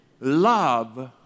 love